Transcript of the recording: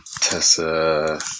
Tessa